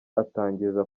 atangiza